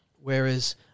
Whereas